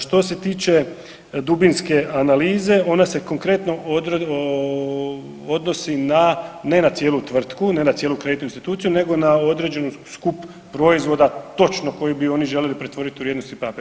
Što se tiče dubinske analize ona se konkretno odnosi na, ne na cijelu tvrtku, ne na cijelu kreditnu instituciju nego na određen skup proizvoda točno koji bi oni željeli pretvoriti u vrijednosni papir.